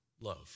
love